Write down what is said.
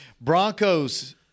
Broncos